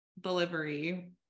delivery